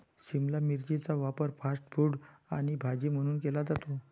शिमला मिरचीचा वापर fast food आणि भाजी म्हणून केला जातो